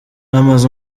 amaze